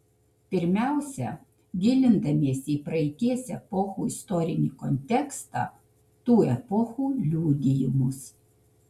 pirmiausia gilindamiesi į praeities epochų istorinį kontekstą tų epochų liudijimus